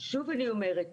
שוב אני אומרת,